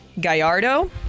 Gallardo